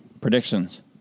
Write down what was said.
predictions